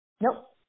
Nope